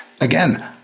Again